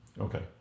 Okay